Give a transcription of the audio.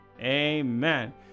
amen